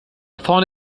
vorne